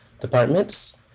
departments